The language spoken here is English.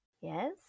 Yes